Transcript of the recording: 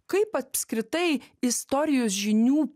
kaip apskritai istorijos žinių